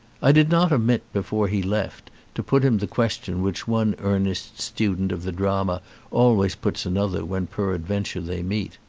i did not omit before he left to put him the question which one earnest student of the drama always puts another when peradventure they meet.